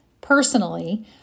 personally